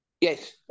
Yes